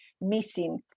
missing